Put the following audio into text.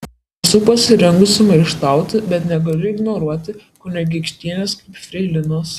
esu pasirengusi maištauti bet negaliu ignoruoti kunigaikštienės kaip freilinos